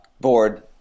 board